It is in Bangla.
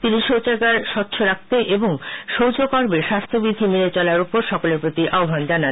তিনি শৌচাগার স্বছ রাখতে এবং শৌচকর্মে স্বাস্থ্যবিধি মেনে চলার জন্য সকলের প্রতি আহ্ববান জানান